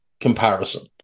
comparison